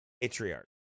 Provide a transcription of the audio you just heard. Patriarch